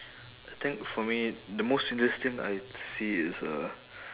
I think for me the most interesting I see is uh